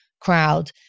crowd